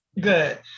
Good